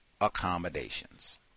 accommodations